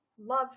love